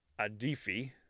Adifi